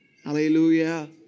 Hallelujah